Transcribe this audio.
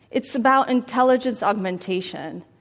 it's about intelligence augmentation.